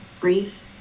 grief